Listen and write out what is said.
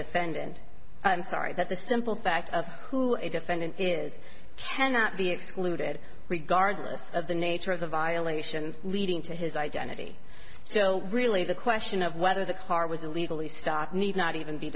defendant i'm sorry but the simple fact of who a defendant is cannot be excluded regardless of the nature of the violations leading to his identity so really the question of whether the car was illegally stopped need not even be